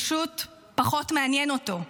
פשוט פחות מעניין אותו.